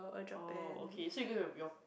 oh okay so you going with your